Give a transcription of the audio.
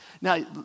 Now